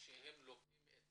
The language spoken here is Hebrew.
כשהם לוקחים את